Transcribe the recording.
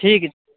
ठीक